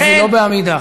חברת הכנסת, לא בעמידה.